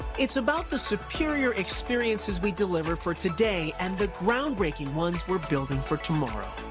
it's about the superior experiences we deliver for today and the ground breaking ones we're building for tomorrow.